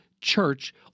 Church